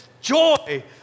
joy